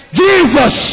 jesus